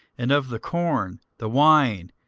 and of the corn, the wine,